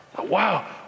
Wow